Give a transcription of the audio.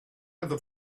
other